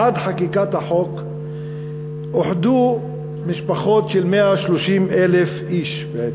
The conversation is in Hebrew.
עד חקיקת החוק אוחדו משפחות של 130,000 איש בעצם,